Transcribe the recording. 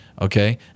Okay